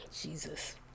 jesus